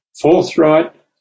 forthright